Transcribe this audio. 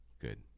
good